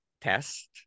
test